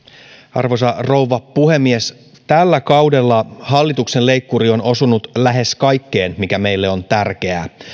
arvoisa rouva puhemies tällä kaudella hallituksen leikkuri on osunut lähes kaikkeen mikä meille on tärkeää